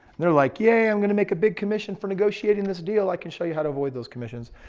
they're like, yeah, i'm going to make a big commission for negotiating this deal. i can show you how to avoid those commissions.